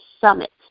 Summit